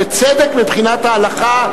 בצדק מבחינת ההלכה,